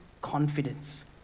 confidence